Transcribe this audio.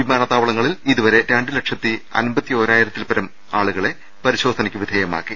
വിമാനത്താവളങ്ങളിൽ ഇതുവരെ രണ്ട് ലക്ഷത്തി അൻപത്തിയോരായിരത്തിൽ അധികം ആളു കളെ പരിശോധനക്ക് വിധേയമാക്കി